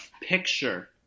picture